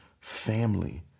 family